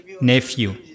nephew